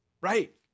Right